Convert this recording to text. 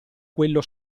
quello